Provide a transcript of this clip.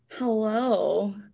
hello